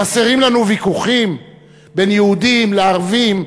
חסרים לנו ויכוחים בין יהודים לערבים,